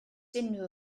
unrhyw